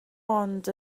ond